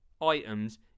items